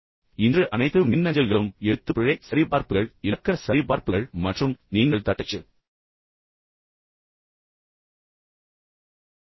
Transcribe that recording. இப்போது இன்று அனைத்து மின்னஞ்சல்களும் எழுத்துப்பிழை சரிபார்ப்புகள் இலக்கண சரிபார்ப்புகள் மற்றும் நீங்கள் தட்டச்சு செய்யும் போது கூட கட்டமைக்கப்பட்டுள்ளன